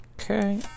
okay